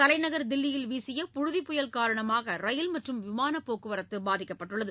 தலைநகர் தில்லியில் வீசிய புழுதிப்புயல் காரணமாக ரயில் மற்றும் விமானப்போக்குவரத்து பாதிக்கப்பட்டது